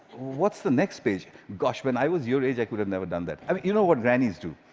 what's the next page? gosh, when i was your age, i could have never done that i mean you know what grannies do.